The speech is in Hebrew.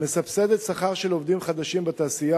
המסבסדת שכר של עובדים חדשים בתעשייה